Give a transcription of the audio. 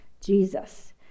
Jesus